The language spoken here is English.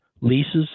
leases